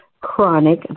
chronic